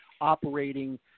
operating